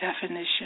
definition